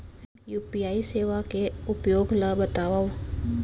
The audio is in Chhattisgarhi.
यू.पी.आई सेवा के उपयोग ल बतावव?